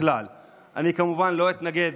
אני כמובן לא אתנגד